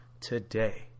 today